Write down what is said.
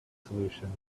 solutions